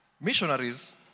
Missionaries